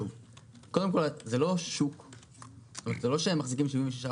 היינו מתנפלים והולכים.